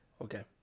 okay